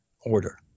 order